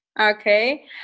okay